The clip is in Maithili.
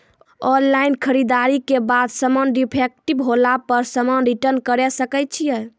ऑनलाइन खरीददारी के बाद समान डिफेक्टिव होला पर समान रिटर्न्स करे सकय छियै?